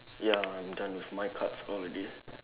ya I'm done with my cards already